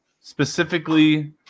specifically –